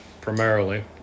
Primarily